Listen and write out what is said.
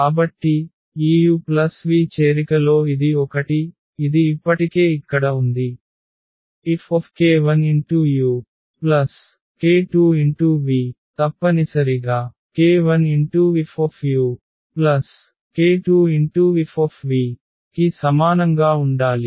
కాబట్టి ఈ uv చేరికలో ఇది ఒకటి ఇది ఇప్పటికే ఇక్కడ ఉంది Fk1uk2v తప్పనిసరిగా k1Fuk2Fv కి సమానంగా ఉండాలి